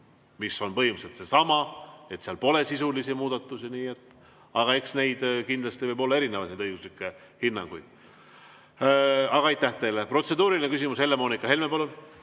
mis on põhimõtteliselt seesama, et seal pole sisulisi muudatusi. Aga kindlasti võib olla erinevaid õiguslikke hinnanguid. Aga aitäh teile! Protseduuriline küsimus, Helle-Moonika Helme,